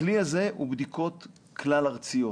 הכלי הזה הוא בדיקות כלל ארציות.